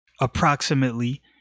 approximately